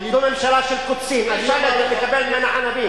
זו ממשלה של קוצים, אי-אפשר לקבל ממנה ענבים.